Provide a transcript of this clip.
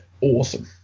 awesome